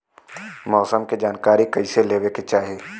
मौसम के जानकारी कईसे लेवे के चाही?